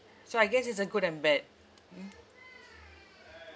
so I guess it's a good and bad